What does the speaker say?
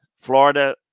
Florida